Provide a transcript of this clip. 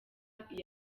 rusizi